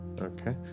Okay